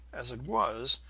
as it was,